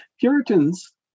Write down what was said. Puritans